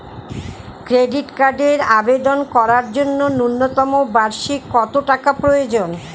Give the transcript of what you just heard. Credit কার্ডের আবেদন করার জন্য ন্যূনতম বার্ষিক কত টাকা প্রয়োজন?